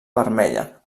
vermella